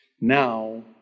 Now